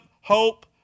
hope